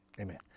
Amen